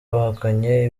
bahakanye